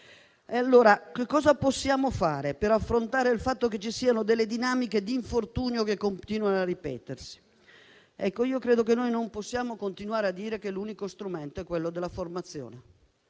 Allora cosa possiamo fare per affrontare il fatto che esistono delle dinamiche di infortunio che continuano a ripetersi? Credo che non possiamo continuare a dire che l'unico strumento è quello della formazione.